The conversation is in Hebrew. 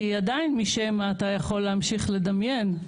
כי עדיין משום מה אתה יכול להמשיך לדמיין.